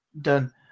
done